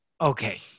Okay